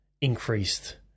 increased